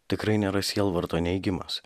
tikrai nėra sielvarto neigimas